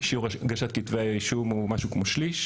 שיעור הגשת כתבי האישום הוא משהו כמו שליש,